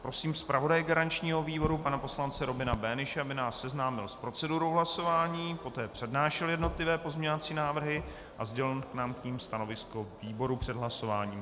Prosím zpravodaje garančního výboru pana poslance Robina Böhnische, aby nás seznámil s procedurou hlasování, poté přednášel jednotlivé pozměňovací návrhy a sdělil nám k nim stanovisko výboru před hlasováním.